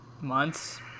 months